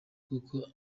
koko